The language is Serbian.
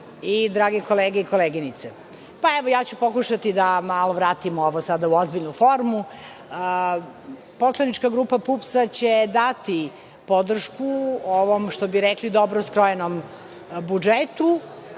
i drage kolege i koleginice, pokušaću da malo vratim ovo sada u ozbiljnu formu. Poslanička grupa PUPS će dati podršku ovom, što bi rekli, dobro skrojenom budžetu.